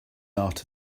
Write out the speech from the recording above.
art